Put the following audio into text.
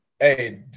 hey